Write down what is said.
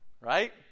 Right